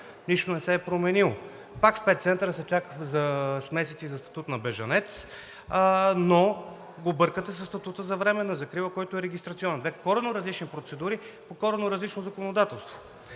нищо не се е променило. Пак в пет центъра се чака с месеци за статут на бежанец, но го бъркате със статута за временна закрила, който е регистрационен – две коренно различни процедури, по коренно различно законодателство.